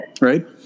Right